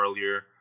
earlier